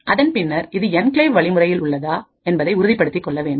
அதன் பின்னர் இது என்கிளேவ் வழிமுறையில்உள்ளதா என்பதை உறுதிப்படுத்திக் கொள்ள வேண்டும்